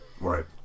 right